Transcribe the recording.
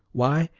why,